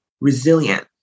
resilient